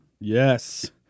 Yes